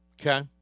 okay